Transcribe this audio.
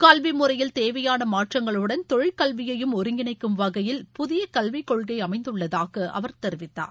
கல்வி முறையில் தேவையான மாற்றங்களுடன் தொழிற்கல்வியையும் ஒருங்கிணைக்கும் வகையில் புதிய கல்விக் கொள்கை அமைந்துள்ளதாக அவர் தெரிவித்தார்